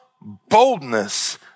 boldness